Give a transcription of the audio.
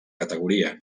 categoria